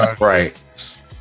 Right